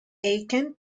aiken